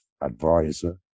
advisor